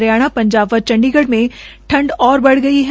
हरियाणा पंजाब व चंडीगढ़ में ठंड और बढ़ गई है